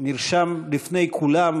נרשם לפני כולם